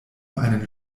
einen